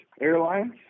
Airlines